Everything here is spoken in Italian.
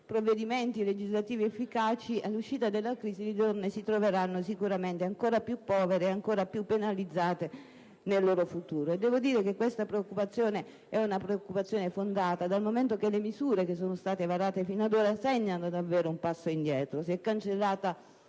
provvedimenti legislativi efficaci, all'uscita dalla crisi le donne si troveranno sicuramente ancora più povere e ancora più penalizzate nel loro futuro. Questa preoccupazione è fondata, dal momento che le misure che sono state varate fino ad ora segnano davvero un passo indietro: si è cancellata